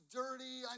dirty